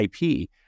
IP